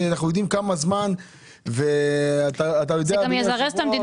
שאנחנו יודעים כמה זמן --- זה גם יזרז את המדינה